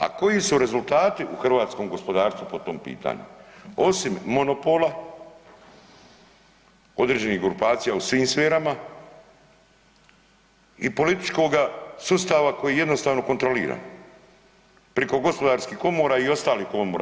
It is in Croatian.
A koji su rezultati u hrvatskom gospodarstvu po tom pitanju osim monopola određenih grupacija u svim sferama i političkoga sustava koji je jednostavno kontroliran preko gospodarskih komora i ostalih komora?